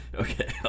Okay